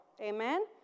Amen